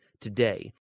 today